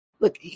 Look